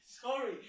Sorry